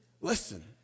Listen